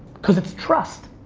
cause it's trust.